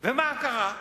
ומה קרה?